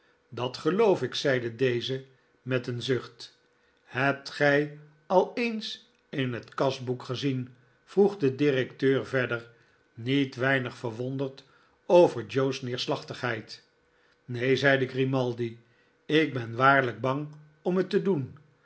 dat geloof ik zeide deze met een zucht hebt gij al eens in het kasboek gezien vroeg de directeur verder niet weinig verwonderd over joe's neerslachtigheid neen zeide grimaldi ik ben waarlijk bang om het te doen